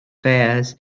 fairs